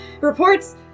reports